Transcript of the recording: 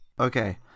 Okay